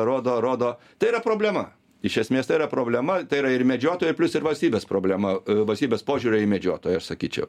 rodo rodo tai yra problema iš esmės tai yra problema tai yra ir medžiotojai plius ir valstybės problema valstybės požiūrio į medžiotoją aš sakyčiau